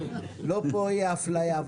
לא פה תהיה אפליה.